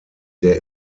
der